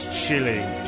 chilling